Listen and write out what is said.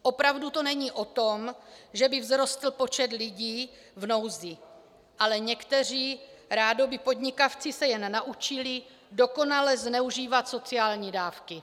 Opravdu to není o tom, že by vzrostl počet lidí v nouzi, ale někteří rádoby podnikavci se jen naučili dokonale zneužívat sociální dávky.